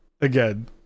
again